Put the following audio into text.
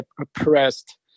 oppressed